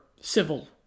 civil